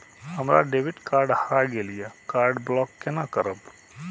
हमर debit card हरा गेल ये कार्ड ब्लॉक केना करब?